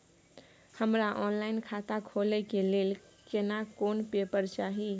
हमरा ऑनलाइन खाता खोले के लेल केना कोन पेपर चाही?